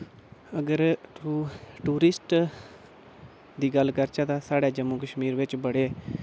अगर टूरिस्ट दी गल्ल करचै तां साढ़े जम्मू कश्मीर च बड़े